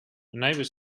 neighbour